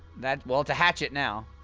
that well it's a hatchet, now